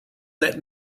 let